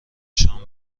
شام